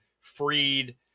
freed